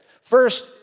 First